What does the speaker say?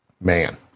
Man